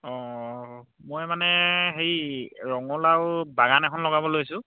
অ' মই মানে সেই ৰঙালাও বাগান এখন লগাব লৈছোঁ